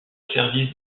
service